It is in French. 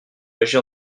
agir